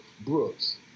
Brooks